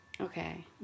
Okay